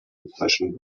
bezeichnen